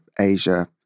Asia